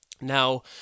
Now